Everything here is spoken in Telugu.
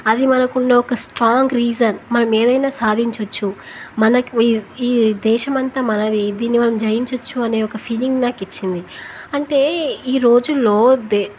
అది మనకుండా ఒక స్ట్రాంగ్ రీజన్ మనం ఏదైనా సాధించవచ్చు మనకి ఈ దేశమంతా మనది దీన్ని మనం జయించవచ్చు అనే ఒక ఫీలింగ్ నాకు ఇచ్చింది అంటే ఈ రోజుల్లో దే